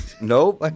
nope